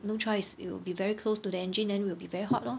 no choice it will be very close to the engine then will be very hard lor